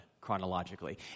chronologically